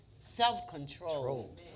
self-control